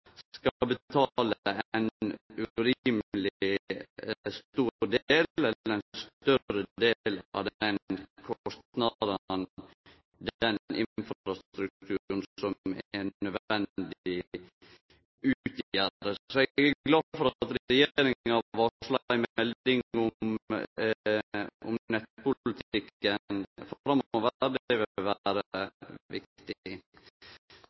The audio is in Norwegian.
betale ein urimeleg stor del, eller ein større del, av den kostnaden den infrastrukturen som er nødvendig, utgjer. Så eg er glad for at regjeringa varslar ei melding om nettpolitikken framover. Det vil vere viktig.